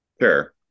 Sure